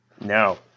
No